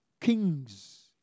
kings